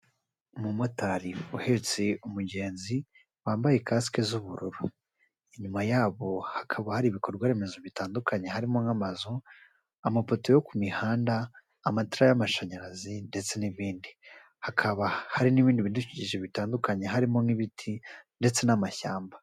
Umumotari uhetse umugenzi, bambaye kasike z'ubururu, inyuma yabo hakaba hari ibikorwaremezo bitandukanye harimo nk'amazu, amapoto yo ku mihanda, amatara y'amashanyarazi, ndetse n'ibindi. Hakaba hari n'ibindi bidukikije bitandukanye harimo nk'ibiti ndetse n'amashyamba.